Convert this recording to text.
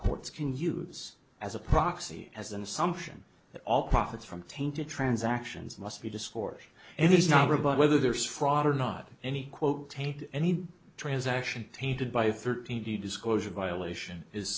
courts can use as a proxy as an assumption that all profits from tainted transactions must be discourse and it's not about whether there's fraud or not any quote taint any transaction tainted by thirteen the disclosure violation is